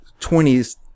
20s